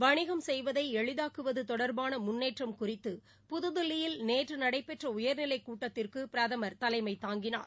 வணிகம் செய்வதைஎளிதாக்குவததொடர்பானமுன்னேற்றம் குறித்து புதுதில்லியில் நேற்றுநடைபெற்ற உயர்நிலைகூட்டத்திற்குபிரதமர் தலைமைதாங்கினார்